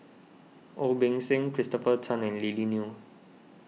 Ong Beng Seng Christopher Tan and Lily Neo